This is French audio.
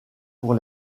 pour